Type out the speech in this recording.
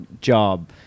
job